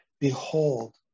Behold